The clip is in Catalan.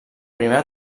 primera